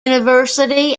university